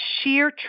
sheer